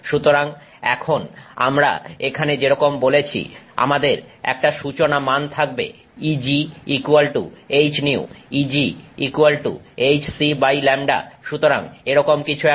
সুতরাং এখন আমরা এখানে যেরকম বলেছি আমাদের একটা সূচনা মান থাকবে Eghυ Eghcλ সুতরাং এরকম কিছু একটা